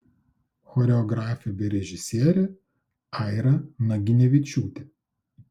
choreografė bei režisierė aira naginevičiūtė